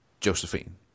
Josephine